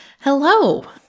Hello